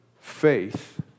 faith